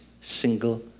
single